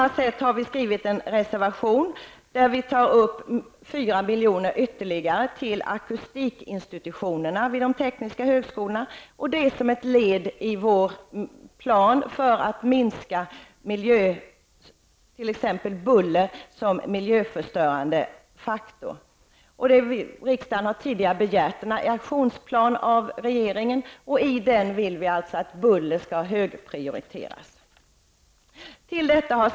Vi har även skrivit en reservation där vi föreslår 4 milj.kr. ytterligare till akustikinstitutionerna vid de tekniska högskolorna, som ett led i vår plan för att minska buller som miljöförstörande faktor. Riksdagen har tidigare begärt en aktionsplan av regeringen. Vi vill alltså att frågan om buller skall högprioriteras i denna aktionsplan.